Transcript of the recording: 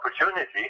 opportunity